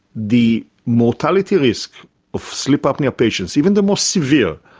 the mortality risk of sleep apnoea patients, even the most severe,